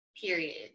period